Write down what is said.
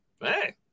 hey